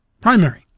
primary